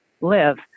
live